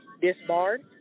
disbarred